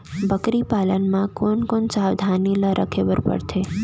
बकरी पालन म कोन कोन सावधानी ल रखे बर पढ़थे?